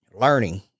learning